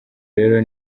rero